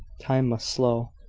time must show.